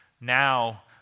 now